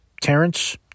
Terrence